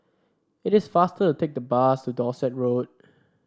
it is faster to take the bus to Dorset Road